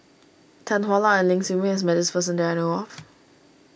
Tan Hwa Luck and Ling Siew May has met this person that I know of